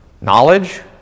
Knowledge